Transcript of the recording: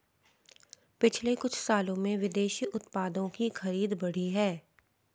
पिछले कुछ सालों में स्वदेशी उत्पादों की खरीद बढ़ी है